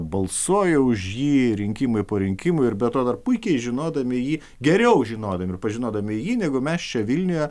balsuoja už jį rinkimai po rinkimų ir be to dar puikiai žinodami jį geriau žinodami pažinodami jį negu mes čia vilniuje